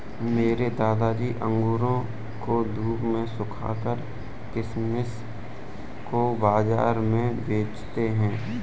मेरे दादाजी अंगूरों को धूप में सुखाकर किशमिश को बाज़ार में बेचते थे